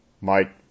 Mike